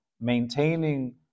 maintaining